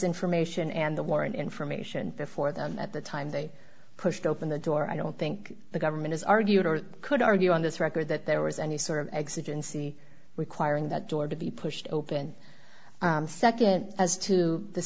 information and the warrant information before them at the time they pushed open the door i don't think the government has argued or could argue on this record that there was any sort of exit in c requiring that door to be pushed open nd as to the